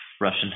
Russian